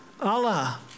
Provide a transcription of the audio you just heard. Allah